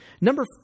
Number